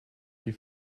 die